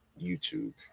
youtube